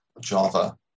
Java